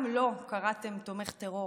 גם לו קראתם "תומך טרור",